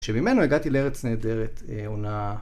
שממנו הגעתי לארץ נהדרת, עונה...